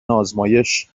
آزمایش